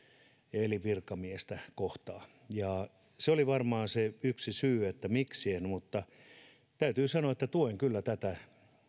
eli virkamiestä kohtaan se oli varmaan se yksi syy miksi en allekirjoittanut mutta täytyy sanoa että tuen kyllä tätä